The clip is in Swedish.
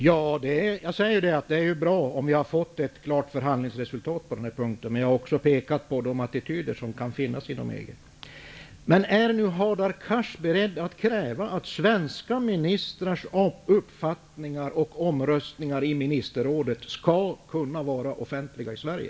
Herr talman! Jag säger att det är bra om vi har fått ett klart förhandlingsresultat på den här punkten, men jag pekar också på de attityder som kan finnas inom EG. Men är nu Hadar Cars beredd att kräva att svenska ministrars uppfattningar och röstningar i ministerrådet skall kunna vara offentliga i Sverige?